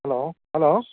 hello hello